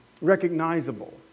recognizable